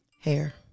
Hair